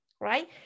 right